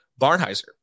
Barnheiser